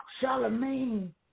Charlemagne